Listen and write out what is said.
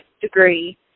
degree